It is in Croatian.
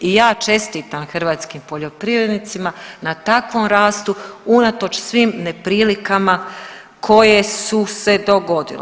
I ja čestitam hrvatskim poljoprivrednicima na takvom rastu unatoč svim neprilikama koje su se dogodile.